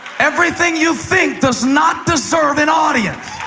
everything you think does not deserve an audience.